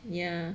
ya